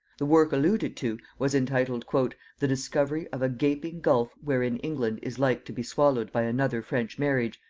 the work alluded to was entitled the discovery of a gaping gulf wherein england is like to be swallowed by another french marriage,